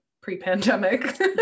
pre-pandemic